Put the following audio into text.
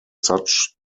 such